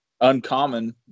uncommon